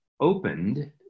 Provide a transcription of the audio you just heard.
opened